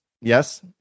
Yes